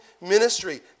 ministry